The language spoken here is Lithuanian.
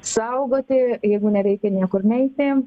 saugoti jeigu nereikia niekur neiti